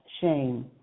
shame